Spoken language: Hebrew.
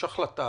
יש החלטה,